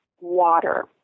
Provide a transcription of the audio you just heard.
water